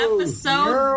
Episode